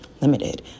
limited